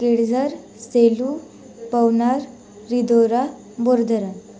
Kelzar Selu Pavnar Ridora Bordharan